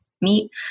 meet